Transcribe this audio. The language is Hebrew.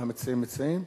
מה המציעים מציעים?